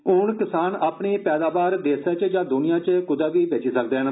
हूंन किसान अपनी पैदावार देसा च जां दुनिया च कुदै बी बेची सकदे न